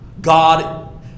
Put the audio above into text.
God